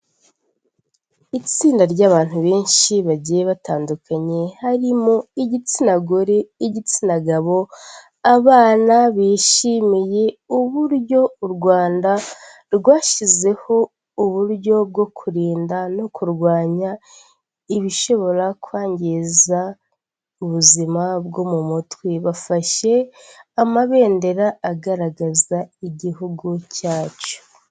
Itsinda ry’abantu benshi bagiye batandukanye harimo igitsina gore, igitsina gabo, abana, bishimiye uburyo U Rwanda rwashyizeho uburyo bwo kurinda no kurwanya ibishobora kwangiza ubuzima bwo mu mutwe, bafashe amabendera agaragaza igihugu cyacu.